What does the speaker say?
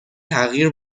تغییر